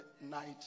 night